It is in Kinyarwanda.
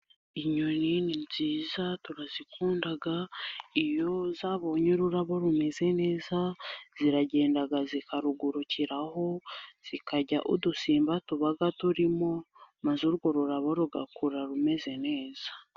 Inyoni ni nziza turazikunda, iyo zabonye ururabo rumeze neza, ziragenda zikarugurukiraho zikarya udusimba tuba turimo, maze urwo rurabo rugakura rumeze neza.